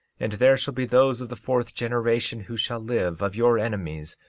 and there shall be those of the fourth generation who shall live, of your enemies,